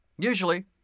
Usually